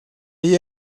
allí